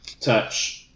touch